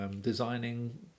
designing